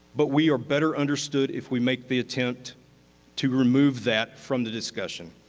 but we are better understood if we make the attempt to remove that from the discussion.